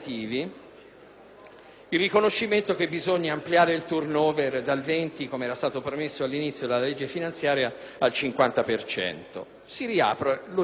il riconoscimento che bisogna ampliare il *turnover* dal 20, come era stato promesso all'inizio della legge finanziaria, al 50 per cento: si riapre l'orizzonte.